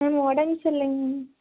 ma'am உடம்பு சரியில்லைங்க ma'am